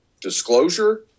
disclosure